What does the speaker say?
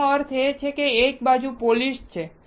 તેનો અર્થ એ કે એક બાજુ પોલિશ્ડ છે